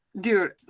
dude